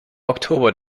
oktober